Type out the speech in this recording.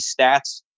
stats